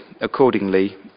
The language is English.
accordingly